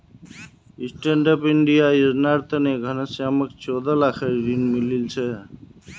stand up India योजनार तने घनश्यामक चौदह लाखेर ऋण मिलील छ